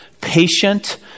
patient